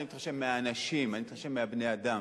אני מתרשם מהאנשים, אני מתרשם מבני-האדם,